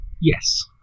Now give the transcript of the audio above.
Yes